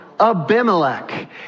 Abimelech